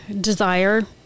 desire